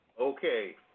Okay